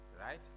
right